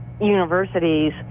universities